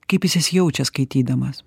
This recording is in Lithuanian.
kaip jis jas jaučia skaitydamas